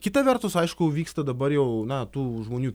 kita vertus aišku vyksta dabar jau na tų žmonių